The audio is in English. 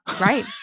right